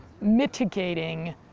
mitigating